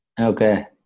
Okay